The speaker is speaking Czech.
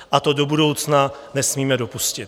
A to do budoucna nesmíme dopustit.